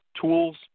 tools